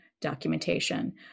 documentation